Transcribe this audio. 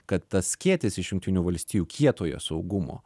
kad tas skėtis iš jungtinių valstijų kietojo saugumo